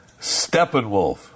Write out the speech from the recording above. Steppenwolf